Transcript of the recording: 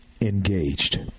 engaged